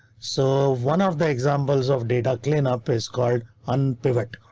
so one of the examples of data cleanup is called unpivot.